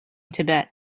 tibet